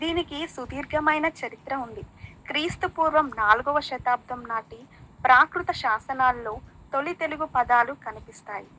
దీనికి సుదీర్ఘమైన చరిత్ర ఉంది క్రీస్తుపూర్వం నాలుగవ శతాబ్దం నాటి ప్రాకృత శాసనాల్లో తొలి తెలుగు పదాలు కనిపిస్తాయి